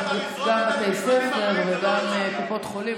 גם בתי ספר וגם קופות חולים,